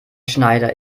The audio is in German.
schneider